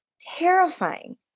terrifying